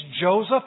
Joseph